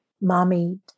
Mommy